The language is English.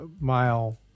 mile